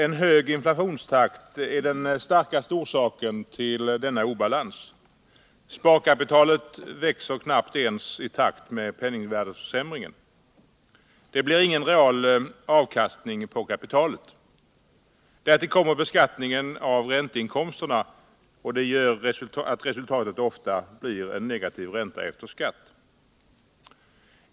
En hög inflationstakt är den starkaste orsaken till denna obalans. Sparkapitalet växer knappt ens i takt med penningvärdeförsämringen. Det blir ingen real avkastning på kapitalet. Därtill kommer beskattningen av ränteinkomsterna, vilket gör att resultatet ofta blir en negativ ränta efter skatt.